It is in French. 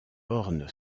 orne